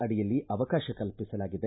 ಅಡಿಯಲ್ಲಿ ಅವಕಾಶ ಕಲ್ಪಿಸಲಾಗಿದೆ